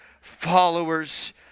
followers